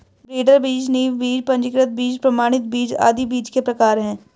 breeder बीज, नींव बीज, पंजीकृत बीज, प्रमाणित बीज आदि बीज के प्रकार है